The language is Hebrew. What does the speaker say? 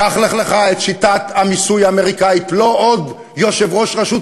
קח לך את שיטת המיסוי האמריקנית: לא עוד יושב-ראש רשות